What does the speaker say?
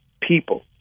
people